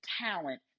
talent